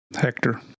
Hector